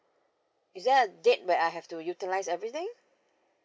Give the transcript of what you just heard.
is there a date where I have to utilize everything